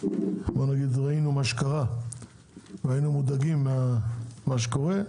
ראינו מה שקרה והיינו מודאגים ממה שקורה,